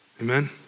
Amen